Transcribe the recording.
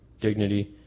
dignity